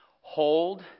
Hold